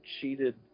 cheated